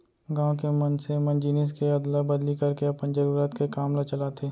गाँव के मनसे मन जिनिस के अदला बदली करके अपन जरुरत के काम ल चलाथे